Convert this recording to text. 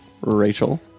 Rachel